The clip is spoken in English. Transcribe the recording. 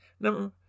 Number